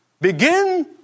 Begin